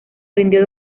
rindió